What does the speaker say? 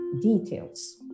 details